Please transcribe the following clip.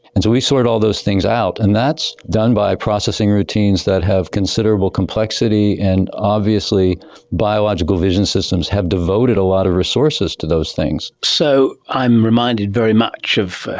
and so we sort all those things out, and that's done by processing routines that have considerable complexity and obviously biological vision systems have devoted a lot of resources to those things. so i'm reminded very much of,